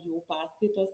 jų paskaitos